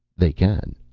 they can.